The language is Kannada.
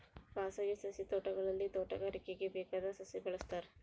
ಖಾಸಗಿ ಸಸಿ ತೋಟಗಳಲ್ಲಿ ತೋಟಗಾರಿಕೆಗೆ ಬೇಕಾದ ಸಸಿ ಬೆಳೆಸ್ತಾರ